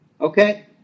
Okay